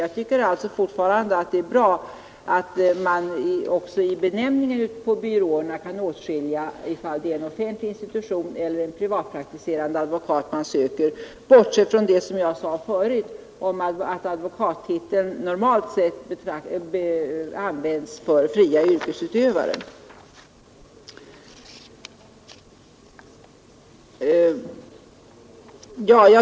Jag tycker alltså fortfarande att det är bra om man också i benämningen av byråerna kan åtskilja en offentlig institution från en privatpraktiserande advokat, bortsett från det som jag sade förut om att advokattiteln normalt sett används för fria yrkesutövare.